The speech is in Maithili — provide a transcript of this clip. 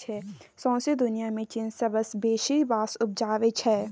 सौंसे दुनियाँ मे चीन सबसँ बेसी बाँस उपजाबै छै